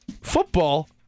Football